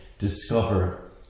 discover